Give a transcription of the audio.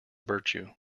virtue